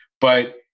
But-